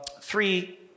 three